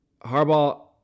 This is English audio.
Harbaugh